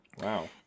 Wow